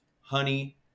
honey